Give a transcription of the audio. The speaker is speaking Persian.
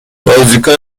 بازیکن